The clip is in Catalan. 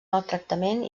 maltractament